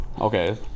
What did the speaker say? Okay